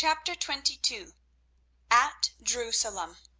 chapter twenty-two at jerusalem